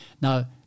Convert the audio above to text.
now